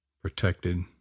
protected